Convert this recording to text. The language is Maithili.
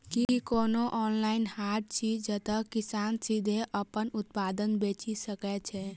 की कोनो ऑनलाइन हाट अछि जतह किसान सीधे अप्पन उत्पाद बेचि सके छै?